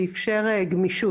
שאפשר גמישות.